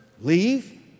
Leave